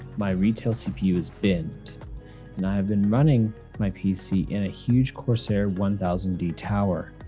my retail cpu is binned. and i've been running my pc in a huge corsair one thousand d tower.